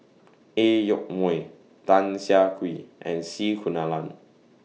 A Yoke Mooi Tan Siah Kwee and C Kunalan